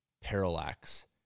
Parallax